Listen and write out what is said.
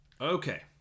Okay